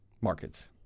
markets